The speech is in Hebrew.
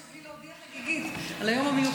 לא הבנתי איך לא התחלת בלי להודיע חגיגית על היום המיוחד.